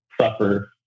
suffer